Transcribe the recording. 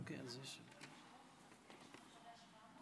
אדוני היושב-ראש,